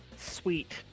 sweet